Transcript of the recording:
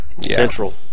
Central